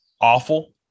awful